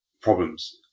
problems